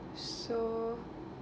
so